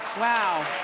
wow.